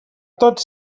tots